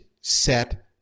set